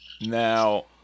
Now